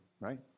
right